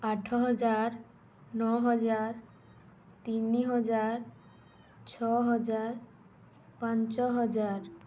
ଆଠ ହଜାର ନଅ ହଜାର ତିନି ହଜାର ଛଅ ହଜାର ପାଞ୍ଚ ହଜାର